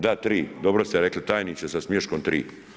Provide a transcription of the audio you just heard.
Da tri, dobro ste rekli tajniče sa smiješkom tri.